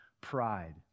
pride